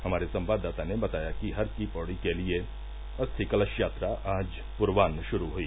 हमारे संवाददाता ने बताया कि हर की पौड़ी के लिए अस्थि कलश यात्रा आज पूर्वाह शुरू हुई